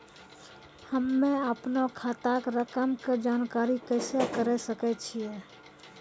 हम्मे अपनो खाता के रकम के जानकारी कैसे करे सकय छियै?